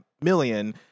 million